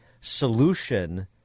solution